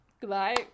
Goodbye